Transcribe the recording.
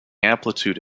amplitude